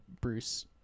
Bruce